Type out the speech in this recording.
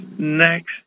Next